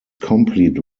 complete